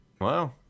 Wow